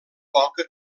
poca